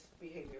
behavior